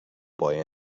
boy